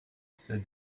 said